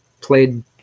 played